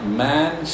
man